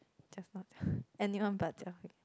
just not Jia-Hui anyone but Jia-Hui